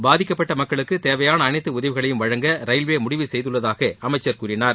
பாதிக்கப்பட்ட மக்களுக்கு தேவையான அனைத்து உதவிகளையும் வழங்க ரயில்வே முடிவு செய்துள்ளதாக அமைச்சர் கூறினார்